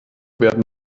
werden